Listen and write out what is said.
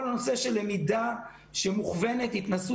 כל הנושא של למידה מוכוונת התנסות.